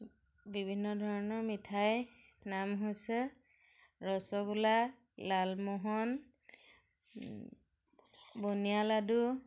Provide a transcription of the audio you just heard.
বিভিন্ন ধৰণৰ মিঠাইৰ নাম হৈছে ৰসগোল্লা লালমোহন বন্দিয়া লাডু